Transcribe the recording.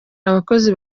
abakozi